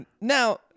now